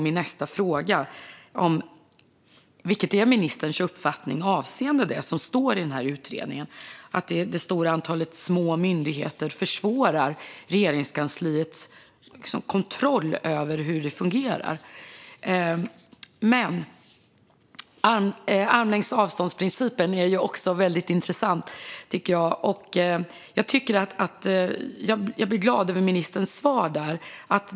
Min nästa fråga är: Vad är ministerns uppfattning avseende det som står i utredningen om att det stora antalet små myndigheter försvårar Regeringskansliets kontroll över hur det fungerar? Principen om armlängds avstånd är väldigt intressant. Jag blir glad över ministerns svar.